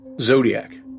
Zodiac